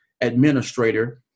administrator